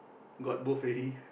got both already